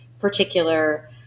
particular